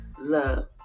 Love